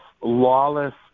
lawless